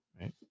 Right